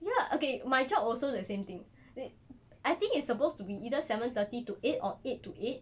ya okay my job also the same thing I think it's supposed to be either seven thirty to eight or eight to eight